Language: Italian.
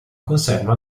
conserva